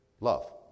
love